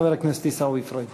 חבר הכנסת עיסאווי פריג'.